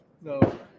No